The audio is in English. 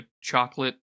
chocolate